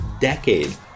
decade